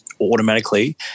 automatically